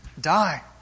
Die